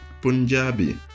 Punjabi